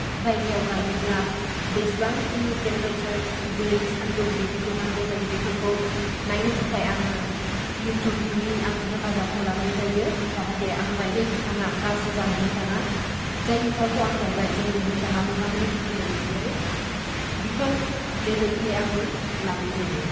जायगायाव गायोब्ला बेसेबांखिनि टेम्प्रेचार दै सानदुं बिदिखौ नांगौ जायो बेफोरखौ नायनो थाखाय आंङो युटुबनि आं हेफाजाबखौ लानाय जायो जाहाथे आं गायनाय बिफांआ गाज्रि जानानै थांङा जाय बिफांखौ आं गायबाय जेन बे बिफांआं मोजांङै थांनाय बायदिहाय बिफां बेबायदिहाय आंङो लानाय जायो